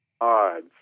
odds